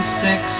six